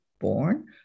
born